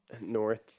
North